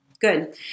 Good